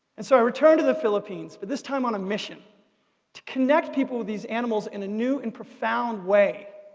and so i returned to the philippines, but this time on a mission to connect people with these animals in a new and profound way